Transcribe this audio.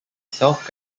self